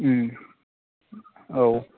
औ